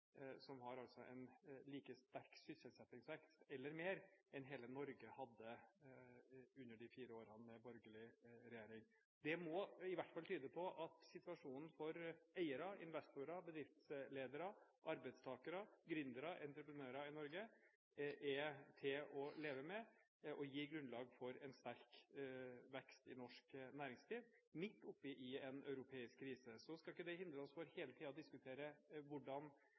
som har en like sterk – eller sterkere – sysselsettingsvekst enn hele Norge hadde under de fire årene med borgerlig regjering. Det må i hvert fall tyde på at situasjonen for eiere, investorer, bedriftsledere, arbeidstakere, gründere og entreprenører i Norge er til å leve med og gir grunnlag for en sterk vekst i norsk næringsliv midt oppe i en europeisk krise. Men det skal ikke hindre oss fra hele tiden å diskutere hvordan ting kan legges enda bedre til rette, hvordan